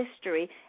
history